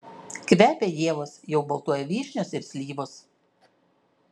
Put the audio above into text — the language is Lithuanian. kvepia ievos jau baltuoja vyšnios ir slyvos